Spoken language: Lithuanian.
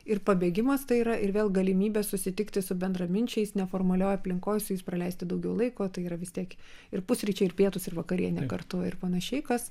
ir pabėgimas tai yra ir vėl galimybė susitikti su bendraminčiais neformalioj aplinkoj su jais praleisti daugiau laiko tai yra vis tiek ir pusryčiai ir pietūs ir vakarienė kartu ir panašiai kas